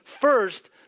first